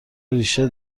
ریشه